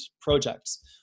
projects